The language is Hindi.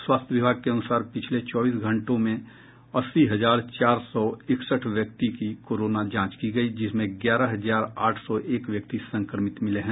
स्वास्थ्य विभाग के अनुसार पिछले चौबीस घंटे में अस्सी हजार चार सौ इकसठ व्यक्ति की कोरोना जांच की गई जिसमें ग्यारह हजार आठ सौ एक व्यक्ति संक्रमित मिले हैं